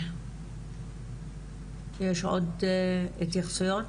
יש עוד התייחסויות?